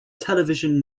television